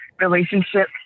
relationship